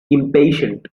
impatient